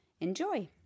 Enjoy